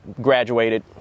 graduated